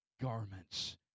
garments